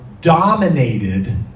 dominated